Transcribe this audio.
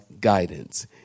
guidance